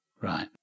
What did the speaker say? Right